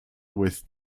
with